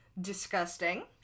disgusting